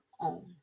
own